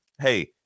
Hey